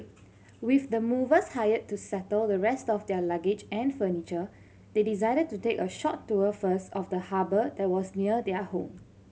with the movers hired to settle the rest of their luggage and furniture they decided to take a short tour first of the harbour that was near their home